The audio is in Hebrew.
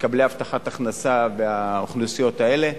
מקבלי הבטחת הכנסה באוכלוסיות האלה,